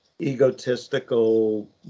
egotistical